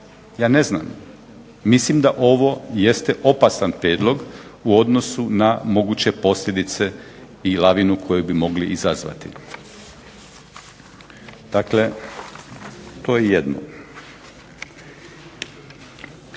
Ja ne znam, mislim da ovo jeste opasan prijedlog u odnosu na moguće posljedice i lavinu koju bi mogli izazvati. Dakle, to je jedno.